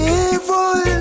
evil